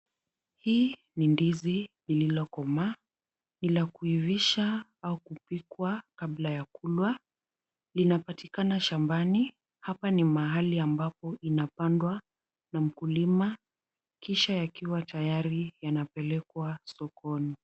Hii ni ndizi lililokomaa, ni la kuivishwa au kupikwa kabla ya kulwa, linapatikana shambani. Hapa ni mahali ambapo inapandwa na mkulima kisha yakiwa tayari yanapelekwa sokoni.